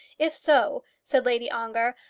if so, said lady ongar,